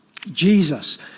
Jesus